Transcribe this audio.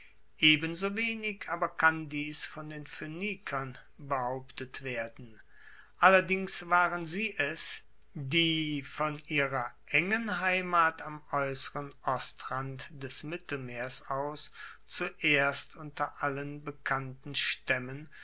ebensowenig aber kann dies von den phoenikern behauptet werden allerdings waren sie es die von ihrer engen heimat am aeusseren ostrand des mittelmeers aus zuerst unter allen bekannten staemmen